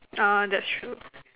ah that's true